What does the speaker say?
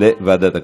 לוועדת הכלכלה.